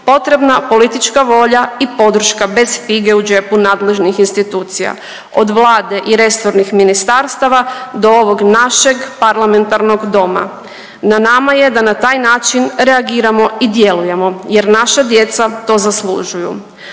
potrebna politička volja i podrška bez fige u džepu nadležnih institucija od Vlade i resornih ministarstava do ovog našeg parlamentarnog doma. Na nama je da na taj način reagiramo i djelujemo jer naša djeca to zaslužuju,